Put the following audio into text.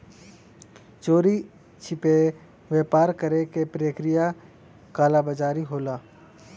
चोरी छिपे व्यापार करे क प्रक्रिया कालाबाज़ारी होला